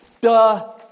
Duh